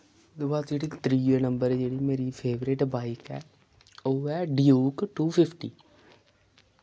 ओह्दे बाद जेह्ड़ी त्रिये नम्बर जेह्ड़ी मेरी फेवरेट बाइक ऐ ओह् ऐ डयूक टू फिफ्टी